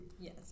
yes